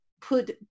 put